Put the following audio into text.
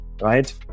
right